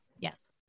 Yes